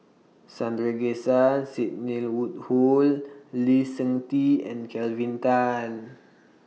Sidney Woodhull Lee Seng Tee and Kelvin Tan